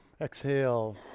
exhale